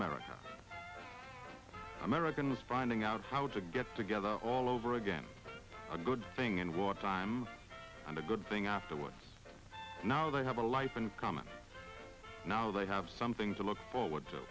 america american is finding out how to get together all over again a good thing and water time and a good thing afterwards now they have a life in common now they have something to look forward to